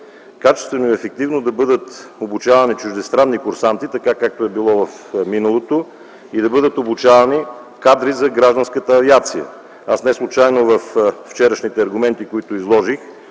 качествено и ефективно да бъдат обучавани чуждестранни курсанти, както е било в миналото, и да бъдат обучавани кадри за гражданската авиация. Неслучайно във вчерашните аргументи, които изложих,